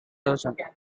thousand